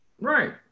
Right